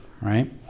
right